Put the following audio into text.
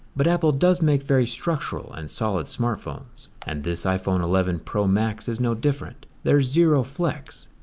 but apple does make very structural and solid smartphones. and this iphone eleven pro max is no different. there's zero flex.